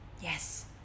Yes